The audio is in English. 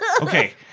Okay